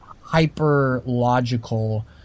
hyper-logical